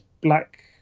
Black